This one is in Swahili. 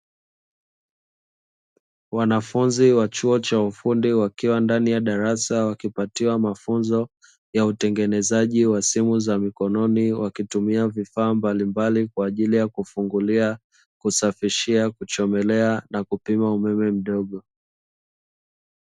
Wanafunzi wa chuo cha ufundi wakiwa ndani ya darasa, wakipatiwa mafunzo ya utengenezaji wa simu za mikononi, wakitumia vifaa mbalimbali kwa ajili ya kufungulia, kusafishia, kuchomelea na kupima umeme mdogo.